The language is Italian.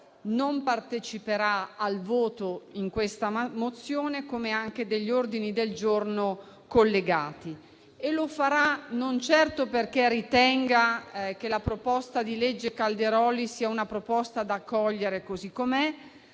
non parteciperà al voto su questa mozione, così come sugli ordini del giorno collegati e lo farà, non certo perché ritenga che la proposta di legge Calderoli sia da accogliere così com'è,